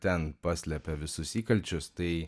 ten paslepia visus įkalčius tai